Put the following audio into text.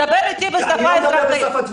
דבר איתי בשפה ברורה.